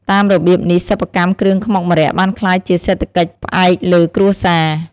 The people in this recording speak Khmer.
តាមរបៀបនេះ សិប្បកម្មគ្រឿងខ្មុកម្រ័ក្សណ៍បានក្លាយជាសេដ្ឋកិច្ចផ្អែកលើគ្រួសារ។